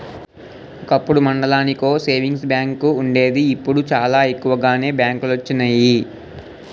ఒకప్పుడు మండలానికో savings bank వుండేది ఇప్పుడు చాలా ఎక్కువగానే బ్యాంకులొచ్చినియి